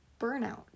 burnout